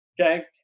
Okay